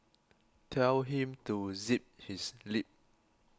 tell him to zip his lip